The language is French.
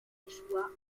échoua